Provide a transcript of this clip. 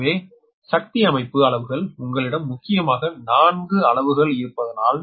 எனவே சக்தி அமைப்பு அளவுகள் உங்களிடம் முக்கியமாக நான்கு அளவுகள் இருப்பதால்